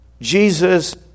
Jesus